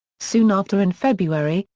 soon after in february,